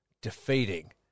defeating